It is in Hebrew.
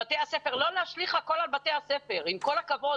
לא להשליך הכול על בתי הספר, עם כל הכבוד.